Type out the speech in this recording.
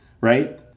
right